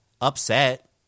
upset